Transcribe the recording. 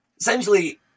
essentially